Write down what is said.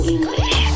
English